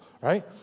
right